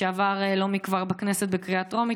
שעבר לא מזמן בכנסת בקריאה טרומית,